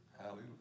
Hallelujah